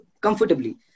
comfortably